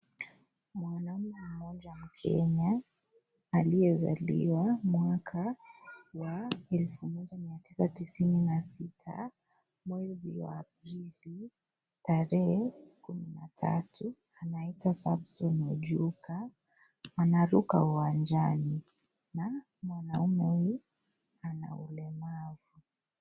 Mwanaume mmoja Mkenya aliyezaliwa mwaka wa elfu moja mia tisa tisini na sita mwezi wa Aprili tarehe kumi na tatu; anaitwa Samson Ojuka anaruka uwanjani na ni wa ulemavu.